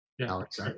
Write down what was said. Alex